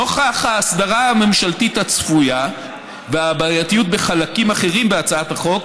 נוכח ההסדרה הממשלתית הצפויה והבעייתיות בחלקים אחרים בהצעת החוק,